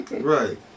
right